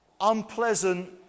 unpleasant